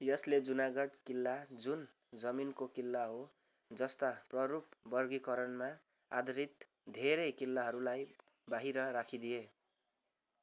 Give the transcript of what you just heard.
यसले जुनागढ किल्ला जुन जमिनको किल्ला हो जस्ता प्ररूप वर्गीकरणमा आधारित धेरै किल्लाहरूलाई बाहिर राखिदिए